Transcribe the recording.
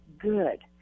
good